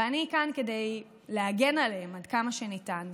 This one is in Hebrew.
ואני כאן כדי להגן עליהם עד כמה שניתן.